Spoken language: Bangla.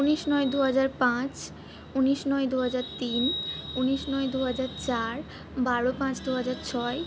উনিশ নয় দু হাজার পাঁচ উনিশ নয় দু হাজার তিন উনিশ নয় দু হাজার চার বারো পাঁচ দু হাজার ছয়